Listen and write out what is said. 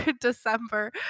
December